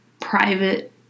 private